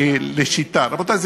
אנחנו